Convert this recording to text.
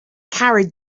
carried